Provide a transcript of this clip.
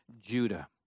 Judah